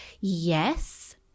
Yes